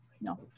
no